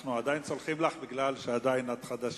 עדיין סולחים לך כי עדיין את חדשה,